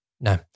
No